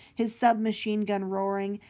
his sub-machine gun roaring,